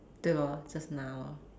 对 lor just now lor